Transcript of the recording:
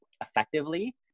effectively